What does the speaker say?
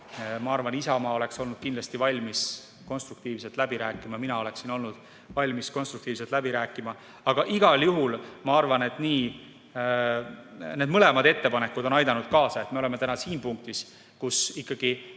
Ma arvan, Isamaa oleks olnud kindlasti valmis konstruktiivselt läbi rääkima, mina oleksin olnud valmis konstruktiivselt läbi rääkima. Aga igal juhul ma arvan, et need mõlemad ettepanekud on aidanud kaasa, et me oleme täna siin punktis, kus ikkagi